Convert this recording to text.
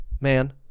Man